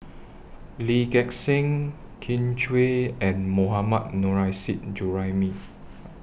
Lee Gek Seng Kin Chui and Mohammad Nurrasyid Juraimi